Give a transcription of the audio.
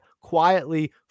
quietly